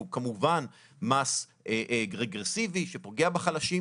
שהוא כמובן מס רגרסיבי שפוגע בחלשים,